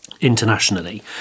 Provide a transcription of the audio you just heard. internationally